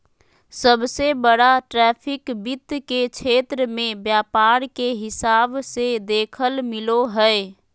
सबसे बड़ा ट्रैफिक वित्त के क्षेत्र मे व्यापार के हिसाब से देखेल मिलो हय